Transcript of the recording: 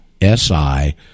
s-i